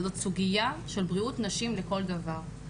וזו סוגיה של בריאות נשים לכל דבר.